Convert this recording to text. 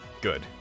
Good